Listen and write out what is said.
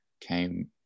came